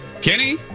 Kenny